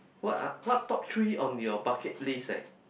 what are what top three on your bucket list eh